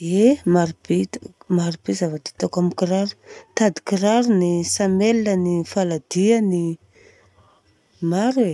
Ie, maro be zavatra hitako amin'ny kiraro, tady kirarony, saneliny, ny faladiany, maro e.